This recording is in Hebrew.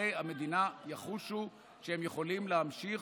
ואזרחי המדינה יחושו שהם יכולים להמשיך